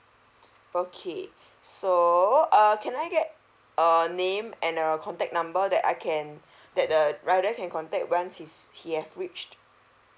okay so uh can I get a name and a contact number that I can that the rider can contact once he's he have reached